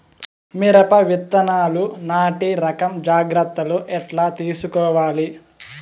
మిరప విత్తనాలు నాటి రకం జాగ్రత్తలు ఎట్లా తీసుకోవాలి?